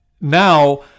now